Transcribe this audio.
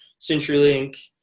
CenturyLink